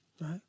right